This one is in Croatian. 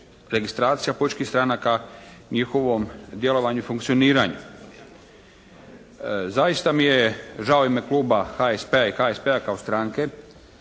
registracija političkih stranaka, njihovu djelovanju i funkcioniranju. Zaista mi je žao u ime kluba HSP-a i HSP-a kao stranke